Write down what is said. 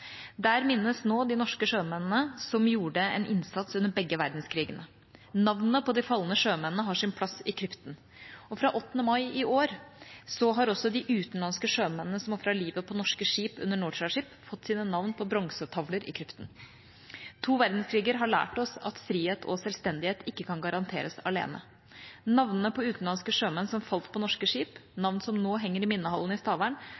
Der minnes nå de norske sjømennene som gjorde en innsats under begge verdenskrigene. Navnene på de falne sjømennene har sin plass i krypten. Fra 8. mai i år har også de utenlandske sjømennene som ofret livet på norske skip under Nortraship, fått sine navn på bronsetavler i krypten. To verdenskriger har lært oss at frihet og selvstendighet ikke kan garanteres alene. Navnene på utenlandske sjømenn som falt på norske skip, navn som nå henger i